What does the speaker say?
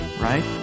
right